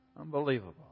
Unbelievable